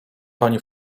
pani